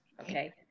Okay